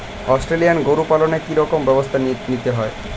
Australian গরু পালনে কি রকম ব্যবস্থা নিতে হয়?